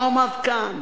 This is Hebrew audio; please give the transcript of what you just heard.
הוא עמד כאן